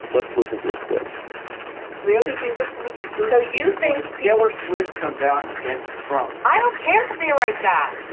let's listen to a clip the other thing, just from a secure so you think people are swift comes out against trump? i don't care if they're right, guy.